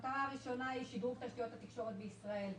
מטרה ראשונה היא שיפור תשתיות התקשורת בישראל.